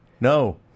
No